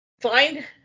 find